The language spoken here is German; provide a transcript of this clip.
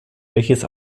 welches